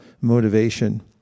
motivation